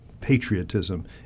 patriotism